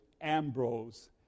Ambrose